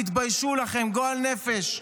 תתביישו לכם, גועל נפש.